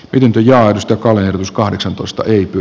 pidin kyllä aidosta colin s kahdeksantoista ypy